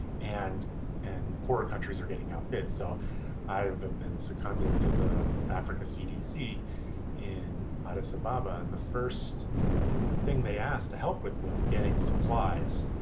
and and poorer countries are getting outbid. so i have been seconded to the africa cdc in addis ababa. and the first thing they asked to help with was getting supplies.